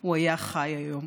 הוא היה חי היום.